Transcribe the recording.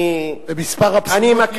אני מכיר,